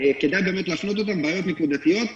כדאי באמת להפנות אותן, בעיות נקודתיות.